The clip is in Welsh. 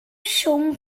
siôn